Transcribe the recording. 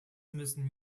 müssen